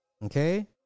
okay